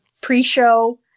pre-show